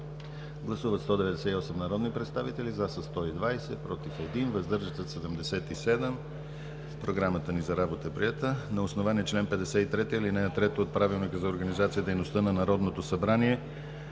Гласували 198 народни представители: за 120, против 1, въздържали се 77. Програмата ни за работа е приета. На основание чл. 53, ал. 3 от Правилника за организацията и дейността на Народното събрание